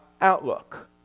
outlook